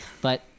But-